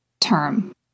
term